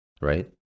right